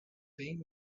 being